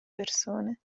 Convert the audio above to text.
persone